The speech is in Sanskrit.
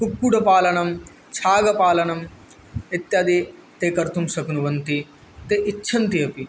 कुक्कुटपालनं छागपालनम् इत्यादि ते कर्तुं शक्नुवन्ति ते इच्छन्ति अपि